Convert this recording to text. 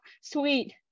sweet